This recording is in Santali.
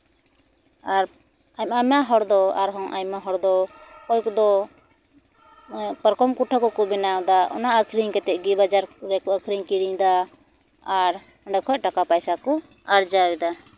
ᱟᱨ ᱟᱭᱢᱟ ᱦᱚᱲ ᱫᱚ ᱟᱨᱦᱚᱸ ᱟᱭᱢᱟ ᱦᱚᱲ ᱫᱚ ᱚᱠᱚᱭ ᱠᱚᱫᱚ ᱯᱟᱨᱠᱚᱢ ᱠᱚᱴᱷᱮ ᱠᱚᱠᱚ ᱵᱮᱱᱟᱣᱮᱫᱟ ᱚᱱᱟ ᱟᱹᱠᱷᱨᱤᱧ ᱠᱟᱛᱮ ᱜᱮ ᱵᱟᱡᱟᱨ ᱠᱚᱨᱮ ᱠᱚ ᱟᱹᱠᱷᱨᱤᱧ ᱠᱤᱨᱤᱧ ᱫᱟ ᱟᱨ ᱚᱸᱰᱮ ᱠᱷᱚᱡ ᱴᱟᱠᱟ ᱯᱟᱭᱥᱟ ᱠᱚ ᱟᱨᱡᱟᱣᱮᱫᱟ